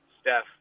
Steph